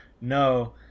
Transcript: no